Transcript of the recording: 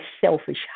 selfish